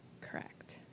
Correct